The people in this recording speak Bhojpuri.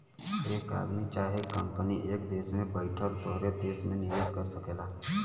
एक आदमी चाहे कंपनी एक देस में बैइठ के तोहरे देस मे निवेस कर सकेला